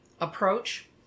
approach